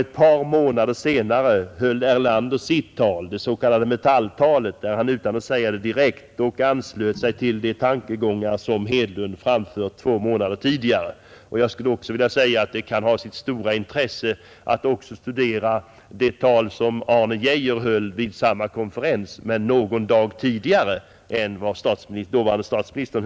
Ett par månader senare höll Erlander sitt tal, det s, k. Metalltalet, där han utan att säga det direkt dock anslöt sig till de tankegångar som Hedlund framfört två månader tidigare. Det kan ha sitt stora intresse att också studera det tal som Arne Geijer höll vid samma konferens men någon dag tidigare än dåvarande statsministern.